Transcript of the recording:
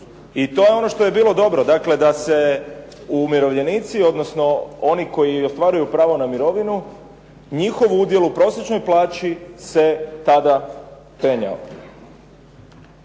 i to je ono što je bilo dobro, da se umirovljenici odnosno oni koji ostvaruju pravo na mirovinu njihov udjel u prosječnoj plaći se tada penjao.